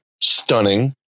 stunning